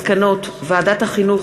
מסקנות ועדת החינוך,